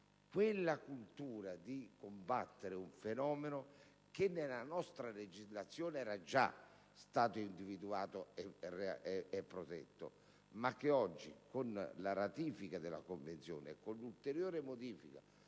la cultura per combattere un fenomeno che nella nostra legislazione era già stato individuato. ma che oggi con la ratifica della Convenzione e l'ulteriore modifica